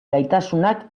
gaitasunak